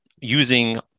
using